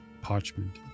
parchment